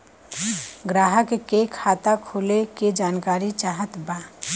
ग्राहक के खाता खोले के जानकारी चाहत बा?